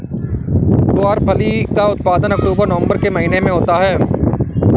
ग्वारफली का उत्पादन अक्टूबर नवंबर के महीने में होता है